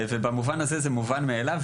זה מובן מאליו,